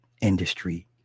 industry